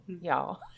y'all